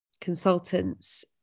consultants